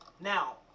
now